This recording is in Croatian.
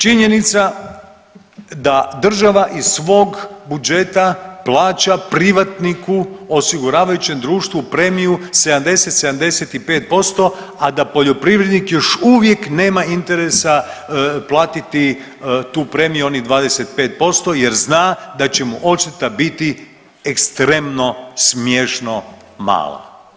Činjenica da država iz svog budžeta plaća privatniku osiguravajućem društvu premiju, 70, 75% a da poljoprivrednik još uvijek nema interesa platiti tu premiju onih 25% jer zna da će mu odšteta biti ekstremno smiješno mala.